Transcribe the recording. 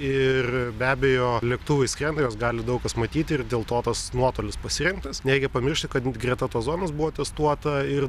ir be abejo lėktuvai skrenda juos gali daug kas matyti ir dėl to tas nuotolis pasiektas nereikia pamiršti kad greta tos zonos buvo testuota ir